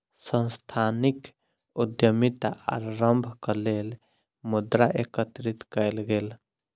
सांस्थानिक उद्यमिता आरम्भक लेल मुद्रा एकत्रित कएल गेल